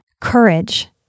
Courage